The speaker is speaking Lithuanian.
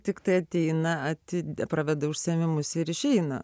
tiktai ateina ati praveda užsiėmimus ir išeina